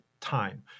time